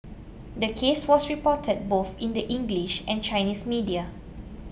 the case was reported both in the English and Chinese media